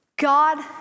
God